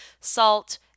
salt